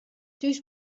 thús